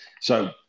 So-